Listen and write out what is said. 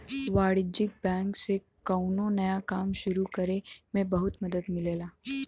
वाणिज्यिक बैंक से कौनो नया काम सुरु करे में बहुत मदद मिलेला